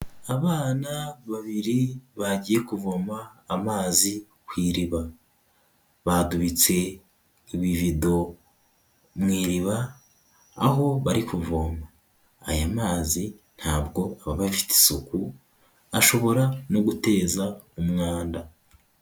Abana babiri, bagiye kuvoma amazi ku iriba. badubitse ibivido mu iriba, aho bari kuvoma. Aya mazi ntabwo aba isuku. Ashobora no guteza umwanda.